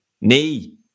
knee